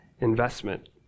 investment